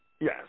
yes